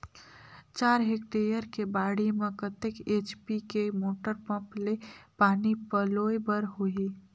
चार हेक्टेयर के बाड़ी म कतेक एच.पी के मोटर पम्म ले पानी पलोय बर होही?